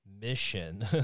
mission